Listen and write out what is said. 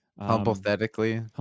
Hypothetically